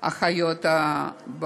להגנת חיית הבר.